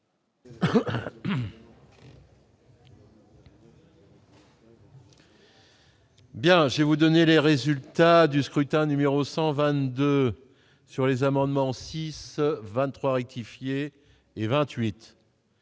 Bien, je vais vous donner les résultats du scrutin numéro 122 sur les amendements 6 23 rectifier et 28